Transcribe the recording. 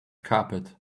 carpet